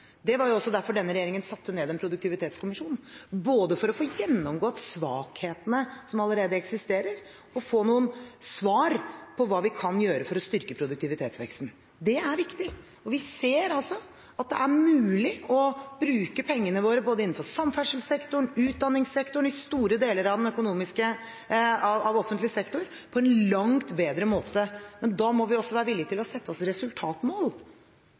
Det var også derfor denne regjeringen satte ned en produktivitetskommisjon – både for å få gjennomgått svakhetene som allerede eksisterer, og for å få noen svar på hva vi kan gjøre for å styrke produktivitetsveksten. Det er viktig. Vi ser også at det er mulig å bruke pengene våre både innenfor samferdselssektoren, utdanningssektoren og i store deler av offentlig sektor på en langt bedre måte. Men da må vi også være villig til å sette oss resultatmål.